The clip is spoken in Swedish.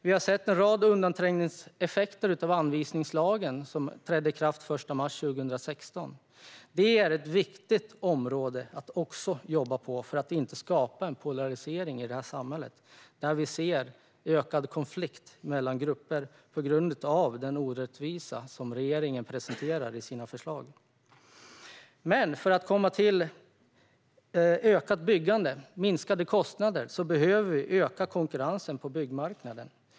Vi har sett en rad undanträngningseffekter av anvisningslagen, som trädde i kraft den 1 mars 2016. Det är ett viktigt område att jobba med för att inte skapa en polarisering i samhället när vi ser en ökad konflikt mellan grupper på grund av den orättvisa som regeringen presenterar i sina förslag. För att få ett ökat byggande och minskade kostnader behöver vi öka konkurrensen på byggmarknaden.